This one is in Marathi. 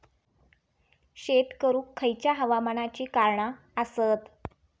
शेत करुक खयच्या हवामानाची कारणा आसत?